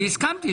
אני הסכמתי,